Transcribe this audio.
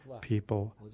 people